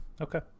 Okay